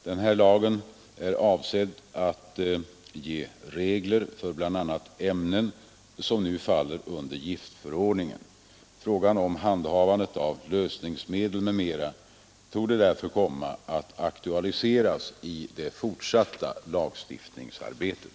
Den lagen är avsedd att ge regler för bl.a. ämnen som nu faller under giftförordningen. Frågan om handhavandet av lösningsmedel m. m torde därför komma att aktualiseras i det fortsatta lagstiftningsarbetet.